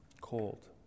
Cold